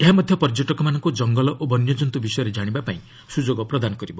ଏହା ମଧ୍ୟ ପର୍ଯ୍ୟଟକମାନଙ୍କୁ ଜଙ୍ଗଲ ଓ ବନ୍ୟଚନ୍ତୁ ବିଷୟରେ ଜାଣିବା ପାଇଁ ସୁଯୋଗ ପ୍ରଦାନ କରିବ